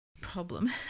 problem